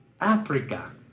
Africa